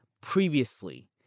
previously